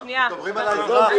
אנחנו מדברים על ההקמה.